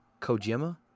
Kojima